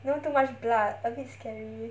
you know too much blood a bit scary